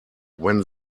when